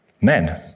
men